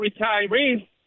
retirees